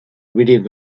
reading